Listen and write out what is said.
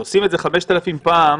כשעושים את זה 5,000 פעם,